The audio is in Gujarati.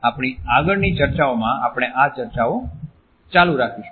આપણી આગળની ચર્ચાઓમાં આપણે આ ચર્ચાઓ ચાલુ રાખીશું